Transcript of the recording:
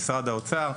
במשרד האוצר,